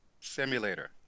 Simulator